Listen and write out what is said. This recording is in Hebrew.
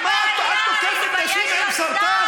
על מה את תוקפת נשים עם סרטן?